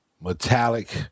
metallic